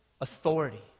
authority